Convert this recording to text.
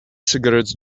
cigarettes